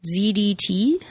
ZDT